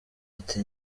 ati